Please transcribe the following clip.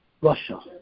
Russia